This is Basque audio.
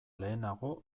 lehenago